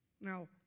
Now